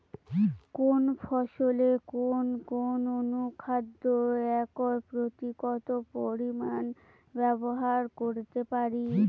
কোন ফসলে কোন কোন অনুখাদ্য একর প্রতি কত পরিমান ব্যবহার করতে পারি?